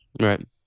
Right